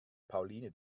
pauline